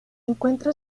encuentra